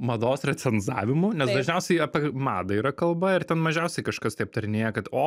mados recenzavimu nes dažniausiai apie madą yra kalba ir ten mažiausiai kažkas tai aptarinėja kad o